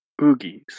Oogies